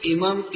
Imam